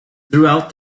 throughout